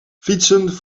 fietsen